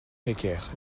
précaires